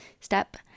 step